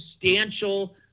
substantial